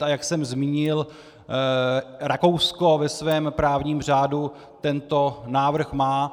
a jak jsem zmínil, Rakousko ve svém právním řádu tento návrh má.